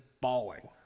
bawling